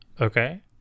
Okay